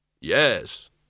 Yes